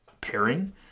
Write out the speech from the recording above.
pairing